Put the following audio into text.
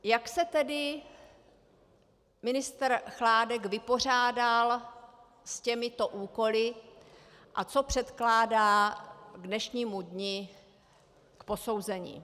Jak se tedy ministr Chládek vypořádal s těmito úkoly a co předkládá k dnešnímu dni k posouzení?